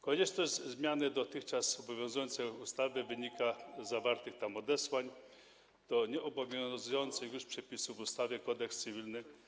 Konieczność zmiany dotychczas obowiązującej ustawy wynika z zawartych tam odesłań do nieobowiązujących już przepisów ustawy Kodeks cywilny.